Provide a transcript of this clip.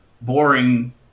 boring